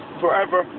forever